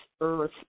earth